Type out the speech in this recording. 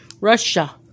Russia